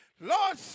Lord